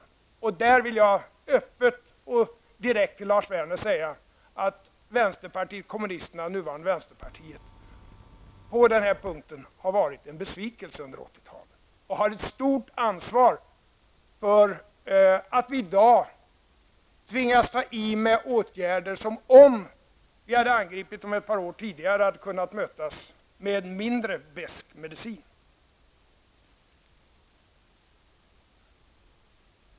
I detta sammanhang vill jag öppet och direkt till Lars Werner säga att vänsterpartiet kommunisterna, nuvarande vänsterpartiet, på den här punkten har varit en besvikelse under 80-talet och har ett stort ansvar för att vi i dag tvingas vidta vissa åtgärder. Om vi hade angripit problemen ett par år tidigare hade de kunnat mötas med mindre besk medicin.